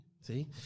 see